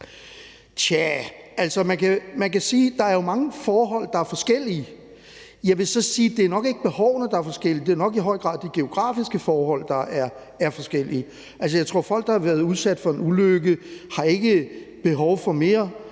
man kan sige, at der jo er mange forhold, der er forskellige. Jeg vil så sige, at det nok ikke er behovene, der er forskellige; det er nok i høj grad de geografiske forhold, der er forskellige. Altså, jeg tror ikke, at folk der har været udsat for en ulykke, har behov for mere